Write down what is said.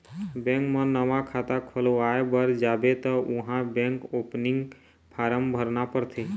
bank म नवा खाता खोलवाए बर जाबे त उहाँ बेंक ओपनिंग फारम भरना परथे